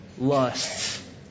lusts